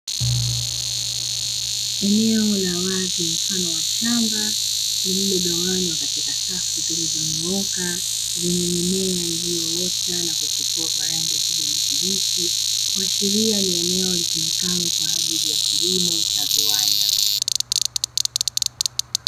Eneo la wazi mfano wa shamba lililogawanywa katika safu zilizonyooka zenye mimea iliyoota na kuchepua kwa rangi ya kijani kibichi, kuashiria ni eneo linalotumikalo kwajili ya kilimo cha viwanda.